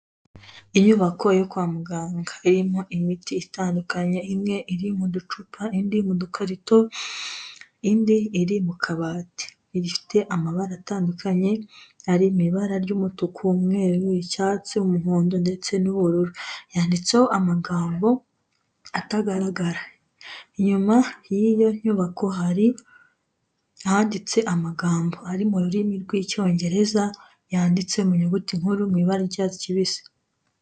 Icyumba kirimo intebe bigaragara nkaho ari ishuri, hicayemo umuntu ufite mudasobwa izengurutswe n'utubara tw'umukara, imbere ku gikuta hariho ikibaho gisa umweru.